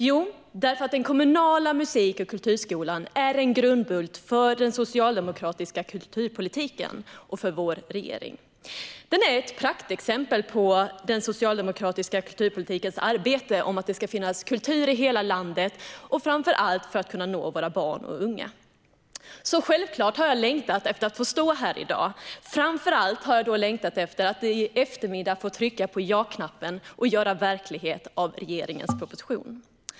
Jo, därför att den kommunala musik och kulturskolan är en grundbult i den socialdemokratiska kulturpolitiken och för vår regering. Den är ett praktexempel på den socialdemokratiska kulturpolitikens arbete för att det ska finnas kultur i hela landet för att kunna nå framför allt våra barn och unga. Därför har jag längtat efter att få stå här i dag. Framför allt har jag längtat efter att i eftermiddag få trycka på ja-knappen och göra verklighet av regeringens proposition.